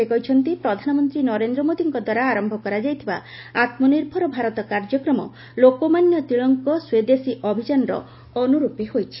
ସେ କହିଛନ୍ତି ପ୍ରଧାନମନ୍ତ୍ରୀ ନରେନ୍ଦ୍ର ମୋଦିଙ୍କ ଦ୍ୱାରା ଆରମ୍ଭ କରାଯାଇଥିବା ଆମ୍ନିର୍ଭର ଭାରତ କାର୍ଯ୍ୟକ୍ରମ ଲୋକମାନ୍ୟ ତିଳକଙ୍କ ସ୍ୱଦେଶୀ ଅଭିଯାନର ଅନୁରୂପୀ ହୋଇଛି